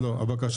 אז יש פה אי-הבנה.